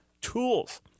tools